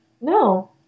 No